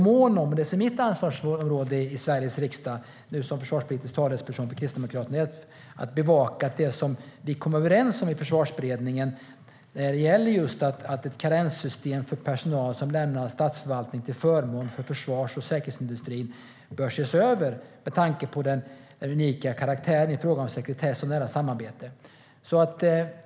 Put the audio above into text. Mitt ansvar i riksdagen som försvarspolitisk talesperson för Kristdemokraterna är dock att bevaka det vi kom överens om i Försvarsberedningen: att ett karenssystem för personal som lämnar statsförvaltningen till förmån för försvars och säkerhetsindustrin bör ses över med tanke på den unika karaktären i fråga om sekretess och nära samarbete.